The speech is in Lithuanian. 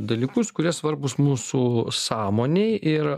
dalykus kurie svarbūs mūsų sąmonėj ir